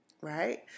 right